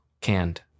Canned